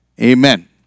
Amen